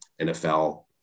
NFL